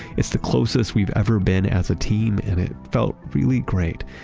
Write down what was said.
it's the closest we've ever been as a team and it felt really great.